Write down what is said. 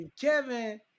Kevin